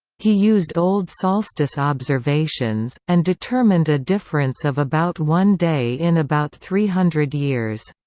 he used old solstice observations, and determined a difference of about one day in about three hundred years.